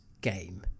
game